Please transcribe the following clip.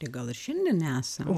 tai gal ir šiandien esam